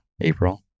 April